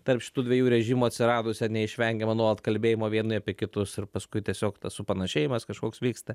tarp šitų dviejų režimų atsiradusią neišvengiamą nuolat kalbėjimo vieni apie kitus ir paskui tiesiog tas supanašėjimas kažkoks vyksta